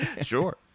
Sure